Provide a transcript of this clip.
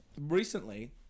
Recently